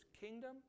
kingdom